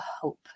hope